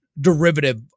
derivative